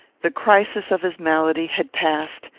the crisis of his malady had passed,